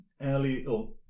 early